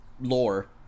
lore